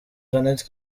jeannette